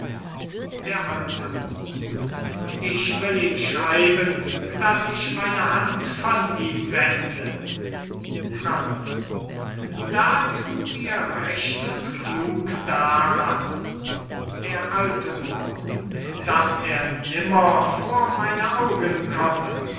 d a moor ich will ihm schreiben daß ich meine hand von ihm wende franz da thut ihr recht und klug daran d a moor daß er nimmer vor meine augen komme